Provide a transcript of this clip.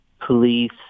police